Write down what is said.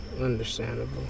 Understandable